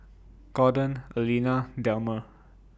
Gordon Aleena Delmer